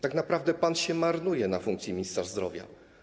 Tak naprawdę pan się marnuje na funkcji ministra zdrowia.